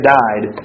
died